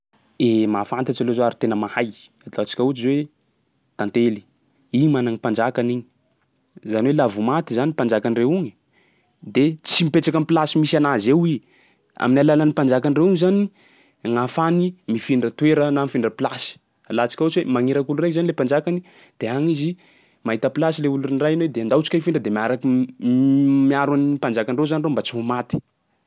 Eh, mahafantatsy aloha zaho ary tena mahay, ataontsika ohatsy zao hoe tantely. Igny mana ny mpanjakany igny; zany hoe laha vao maty zany mpanjakandreo igny, de tsy mipetsaky am'plasy misy anazy eo i. Amin'ny alalan'ny mpanjakandreo igny zany gn'ahafahany mifindra toera na mifindra plasy. Alantsika ohatsy hoe magniraky olo raiky zany lay mpanjakany, de agny izy mahita plasy lay olo nirahiny hoe de ndao tsika hifindra de miaraky m- miaro an'ny mpanjakandreo reo mba tsy ho maty.